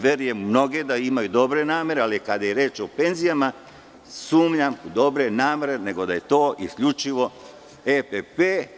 Verujem da mnogi imaju dobre namere, ali kada je reč o penzijama, sumnjam u dobre namere, nego da je to isključivo EPP.